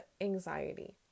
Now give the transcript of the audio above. anxiety